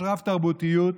יש רב-תרבותיות,